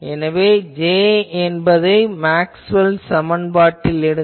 எனவே J என்பதை Maxwell சமன்பாட்டில் இடுங்கள்